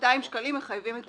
וב-200 שקלים מחייבים את האזרח.